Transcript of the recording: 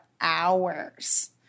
hours